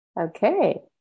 Okay